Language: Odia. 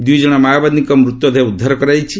ଦୂଇ ଜଣ ମାଓବାଦୀଙ୍କ ମୃତଦେହ ଉଦ୍ଧାର କରାଯାଇଛି